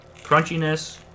crunchiness